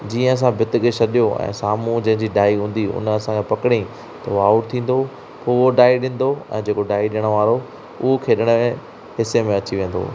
जीअं असां बित खे छॾियो ऐं साम्हूं जंहिंजी डाई हूंदी उन असांखे पकिड़ईं त हो आउट थींदो पोइ हो डाई ॾिंदो ऐं जेको डाई ॾेअण वारो उहो खेॾण में हिस्से में अची वेंदो